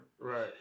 Right